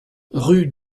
rue